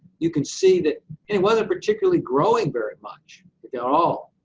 you can see that and it wasn't particularly growing very much, if at all.